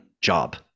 job